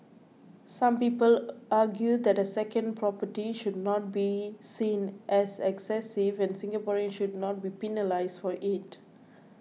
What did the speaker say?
some people argue that a second property should not be seen as excessive and Singaporeans should not be penalised for it